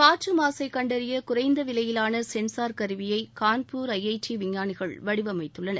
காற்று மாசை கண்டறிய குறைந்த விலையிலான சென்சார் கருவியை கான்பூர் ஐஐடி விஞ்ஞானிகள் வடிவமைத்துள்ளனர்